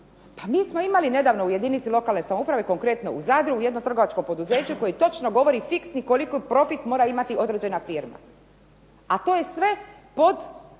Pa mi smo imali nedavno u jedinici lokalne samouprave, konkretno u Zadru, jedno trgovačko poduzeće koje točno govori, fiksno koliko profit mora imati određena firma. A to je sve pod, tobože,